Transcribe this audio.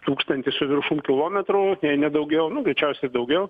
tūkstantį su viršum kilometrų jei ne daugiau nu greičiausia ir daugiau